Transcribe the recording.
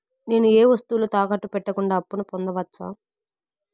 నేను ఏ వస్తువులు తాకట్టు పెట్టకుండా అప్పును పొందవచ్చా?